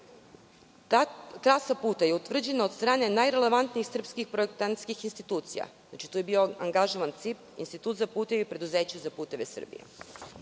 Ta trasa puta je utvrđena od strane najrelevantnijih srpskih projektantskih institucija. Znači, tu je bio angažovan CIP, Institut za puteve i Preduzeće za puteve Srbije. Osim